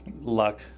luck